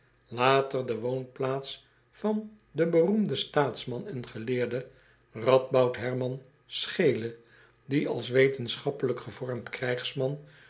de woonplaats van den beroemden staatsman en geleerde a d b o u d e r m a n c h e e l e die als wetenschappelijk gevormd krijgsman